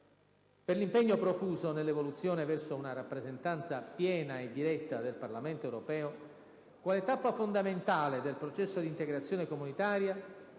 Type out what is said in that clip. Per l'impegno profuso nell'evoluzione verso una rappresentanza piena e diretta del Parlamento europeo, quale tappa fondamentale del processo di integrazione comunitaria,